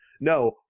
No